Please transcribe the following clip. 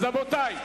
רבותי,